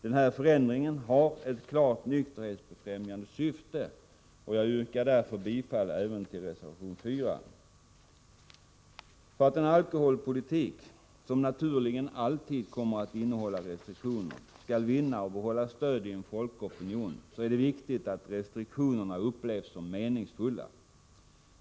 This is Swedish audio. Denna förändring har ett klart nykterhetsbefrämjande syfte, och jag yrkar därför bifall även till reservation 4. För att en alkoholpolitik — som naturligen alltid kommer att innehålla restriktioner — skall vinna och behålla stöd i folkopinionen är det viktigt att restriktionerna upplevs som meningsfulla.